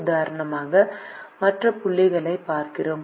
உதாரணமாக மற்ற புள்ளிகளைப் பார்ப்போம்